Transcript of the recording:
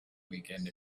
weekend